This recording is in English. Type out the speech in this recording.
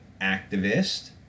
activist